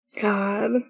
God